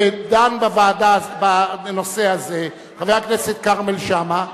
שדן בוועדה בנושא הזה, חבר הכנסת כרמל שאמה.